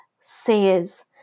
seers